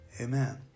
Amen